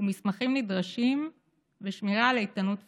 מסמכים נדרשים ושמירה על איתנות פיננסית.